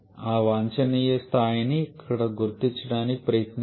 ఆ వాంఛనీయ స్థాయిని ఇక్కడ గుర్తించడానికి ప్రయత్నిద్దాం